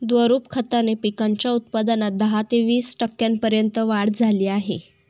द्रवरूप खताने पिकांच्या उत्पादनात दहा ते वीस टक्क्यांपर्यंत वाढ झाली आहे